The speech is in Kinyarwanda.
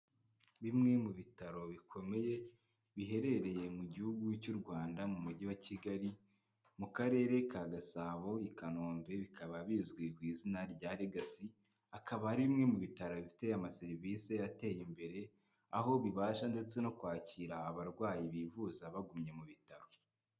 Bimwe mu bitaro bikomeye biherereye mu gihugu cy'u Rwanda, mu mujyi wa Kigali, mu karere ka Gasabo, i Kanombe, bikaba bizwi ku izina rya Legacy, akaba ari bimwe mu bitaro bifite ama serivisi yateye imbere, aho bibasha ndetse no kwakira abarwayi bivuza bagumye mu bitaro.